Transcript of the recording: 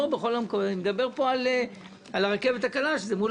אני מדבר על הרכבת הקלה כי זה מול